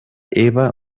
eva